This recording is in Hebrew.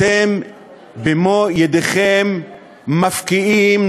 אתם במו-ידיכם מפקיעים,